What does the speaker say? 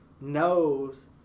knows